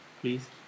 please